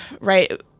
right